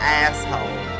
asshole